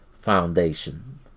Foundation